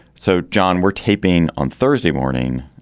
so, john, we're taping on thursday morning.